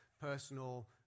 personal